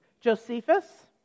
Josephus